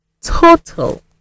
total